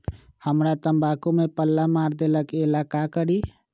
हमरा तंबाकू में पल्ला मार देलक ये ला का करी?